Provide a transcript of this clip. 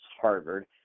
Harvard